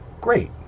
great